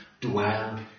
dwell